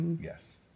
Yes